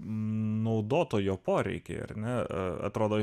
naudotojo poreikių ir na atrodo